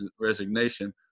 resignation